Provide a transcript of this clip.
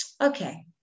Okay